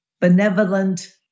benevolent